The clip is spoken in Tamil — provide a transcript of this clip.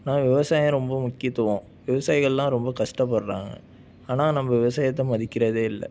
ஆனால் விவசாயம் ரொம்ப முக்கியத்துவம் விவசாயிகள்லாம் ரொம்ப கஷ்டப்படுறாங்க ஆனால் நம்ம விவசாயத்தை மதிக்கிறதே இல்லை